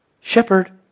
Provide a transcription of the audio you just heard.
Shepherd